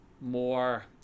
more